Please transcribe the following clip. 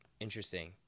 interesting